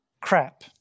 crap